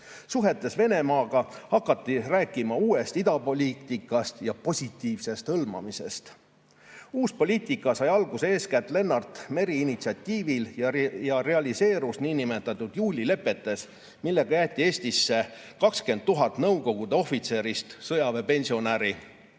Suhetes Venemaaga hakati rääkima "uuest idapoliitikast" ja "positiivsest hõlmamisest". Uus poliitika sai alguse eeskätt Lennart Meri initsiatiivil ja realiseerus nn juulilepetes, millega jäeti Eestisse kakskümmend tuhat nõukogude ohvitserist "sõjaväepensionäri"